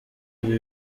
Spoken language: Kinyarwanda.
ibi